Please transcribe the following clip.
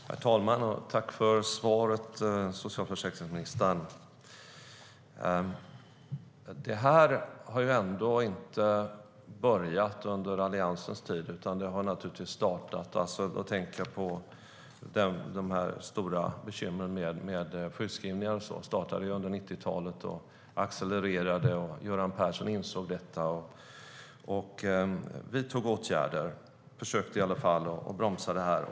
Herr talman! Jag tackar socialförsäkringsministern för svaret. De stora bekymren med sjukskrivningar och så vidare började inte under Alliansens tid, utan de började under 90-talet och accelererade. Göran Persson insåg detta och vidtog åtgärder. Han försökte i alla fall bromsa detta.